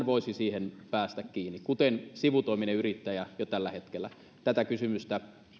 voisi siihen päästä kiinni kuten sivutoiminen yrittäjä jo tällä hetkellä tätä kysymystä